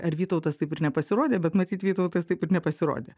ar vytautas taip ir nepasirodė bet matyt vytautas taip ir nepasirodė